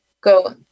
go